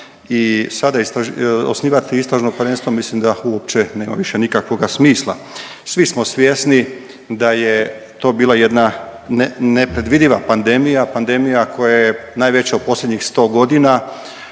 i sada osnivati Istražno povjerenstvo mislim da uopće nema više nikakvoga smisla. Svi smo svjesni da je to bila jedna nepredvidiva pandemija, pandemija koja je najveća u posljednjih 100.g.,